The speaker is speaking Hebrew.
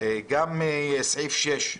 גם (6),